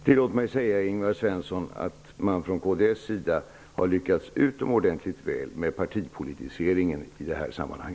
Fru talman! Tillåt mig säga, Ingvar Svensson, att man från kds sida har lyckats utomordentligt väl med partipolitiseringen i detta sammanhang.